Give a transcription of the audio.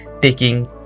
Taking